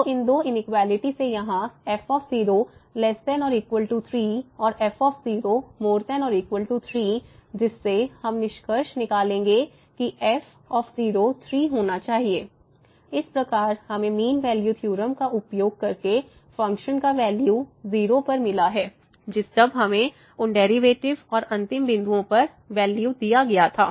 तो इन दो इनइक्वेलिटी से यहाँ f ≤ 3 और f ≥ 3 जिससे हम निष्कर्ष निकालेंगे कि f 3 होना चाहिए इस प्रकार हमें मीन वैल्यू थ्योरम का उपयोग करके फ़ंक्शन का वैल्यू 0 पर मिला है जब हमें उन डेरिवेटिव और अंतिम बिंदुओं पर वैल्यू दिया गया था